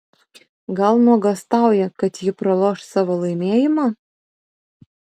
gal nuogąstauja kad ji praloš savo laimėjimą